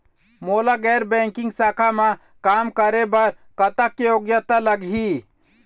मोला गैर बैंकिंग शाखा मा काम करे बर कतक योग्यता लगही?